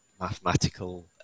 mathematical